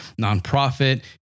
nonprofit